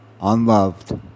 unloved